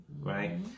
right